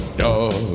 dog